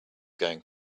going